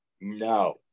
No